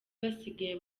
basigaye